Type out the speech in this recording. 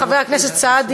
חבר הכנסת סעדי,